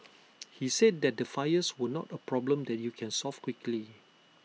he said that the fires were not A problem that you can solve quickly